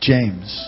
James